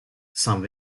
saint